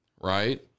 right